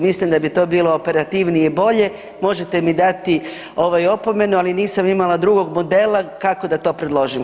Mislim da bi to bilo operativnije i bolje, možete mi dati opomenu ali nisam imala drugog modela kako da to predložim.